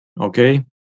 Okay